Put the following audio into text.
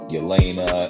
Yelena